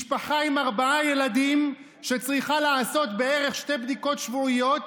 משפחה עם ארבעה ילדים שצריכה לעשות בערך שתי בדיקות שבועיות